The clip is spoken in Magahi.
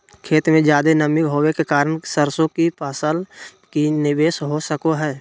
खेत में ज्यादा नमी होबे के कारण सरसों की फसल में की निवेस हो सको हय?